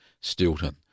Stilton